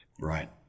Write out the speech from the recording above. Right